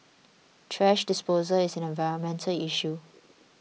thrash disposal is an environmental issue